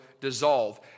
dissolve